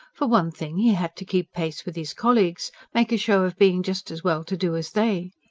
for one thing, he had to keep pace with his colleagues make a show of being just as well-to-do as they.